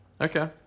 Okay